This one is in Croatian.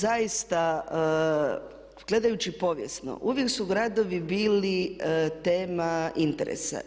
Zaista gledajući povijesno uvijek su gradovi bili tema interesa.